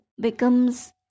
becomes